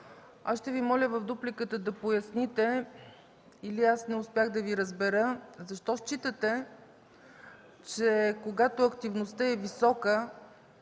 ще Ви моля в дупликата да поясните – или аз не успях да Ви разбера, защо считате, че когато активността е висока,